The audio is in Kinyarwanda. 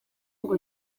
ngo